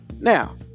now